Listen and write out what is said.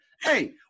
Hey